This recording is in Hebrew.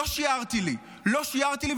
לא שיערתי לי, לא שיערתי לי.